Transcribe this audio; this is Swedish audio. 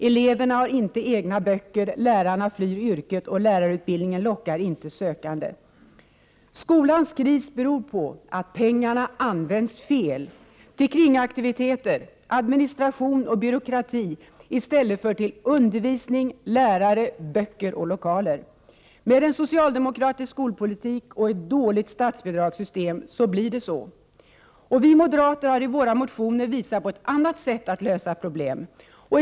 Eleverna har inte egna böcker. Lärarna flyr yrket. Lärarutbildningen lockar inte sökande. Skolans kris beror på att pengarna används fel — till kringaktiviteter, administration och byråkrati i stället för till undervisning, lärare, böcker och lokaler. Med en socialdemokratisk skolpolitik och ett dåligt statsbidragssystem blir det så. Vi moderater har i våra motioner visat på ett annat sätt att lösa problemen.